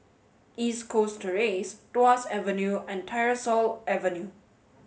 East Coast Terrace Tuas Avenue and Tyersall Avenue